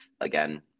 again